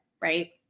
right